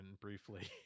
briefly